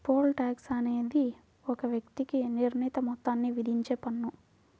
pole tax అనేది ఒక వ్యక్తికి నిర్ణీత మొత్తాన్ని విధించే పన్ను